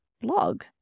blog